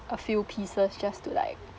a few pieces just to like